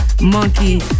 Monkey